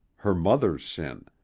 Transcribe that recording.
her mother's sin.